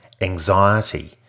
anxiety